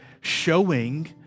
showing